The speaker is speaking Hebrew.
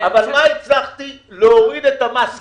אבל מה הצלחתי - להוריד את מס הקנייה,